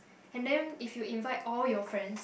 and then if you invite all your friends